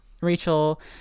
rachel